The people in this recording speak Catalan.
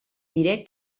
diré